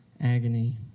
agony